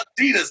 Adidas